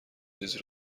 چیزی